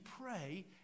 pray